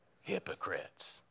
hypocrites